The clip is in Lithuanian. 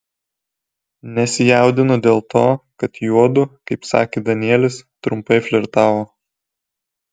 nesijaudinu dėl to kad juodu kaip sakė danielis trumpai flirtavo